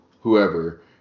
whoever